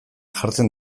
jartzen